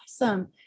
awesome